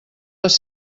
les